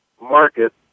market